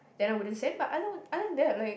then I wouldn't send but other other than that like